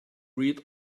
read